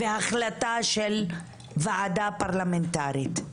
והחלטה של ועדה פרלמנטרית.